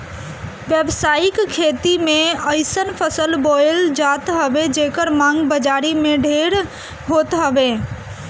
व्यावसायिक खेती में अइसन फसल बोअल जात हवे जेकर मांग बाजारी में ढेर होत हवे